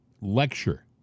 lecture